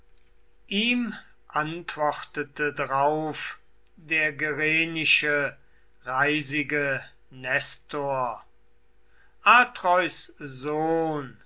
ihm antwortete drauf der gerenische reisige nestor atreus sohn